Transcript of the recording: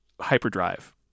hyperdrive